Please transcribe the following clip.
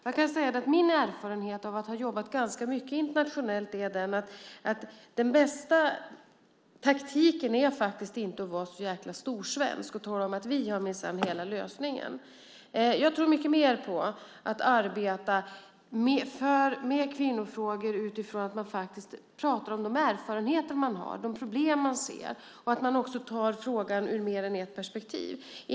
Jag kan säga att min erfarenhet av att ha jobbat ganska mycket internationellt är den att den bästa taktiken faktiskt inte är att vara så jäkla storsvensk och tala om att vi minsann har hela lösningen. Jag tror mycket mer på att arbeta med kvinnofrågor utifrån att man faktiskt pratar om de erfarenheter man har och de problem man ser, och att man också tar frågan ur mer än ett perspektiv.